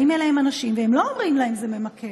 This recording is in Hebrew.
באים אליהם אנשים והם לא אומרים להם שזה ממכר.